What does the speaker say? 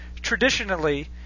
traditionally